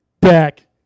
back